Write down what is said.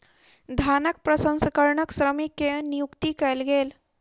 धानक प्रसंस्करणक श्रमिक के नियुक्ति कयल गेल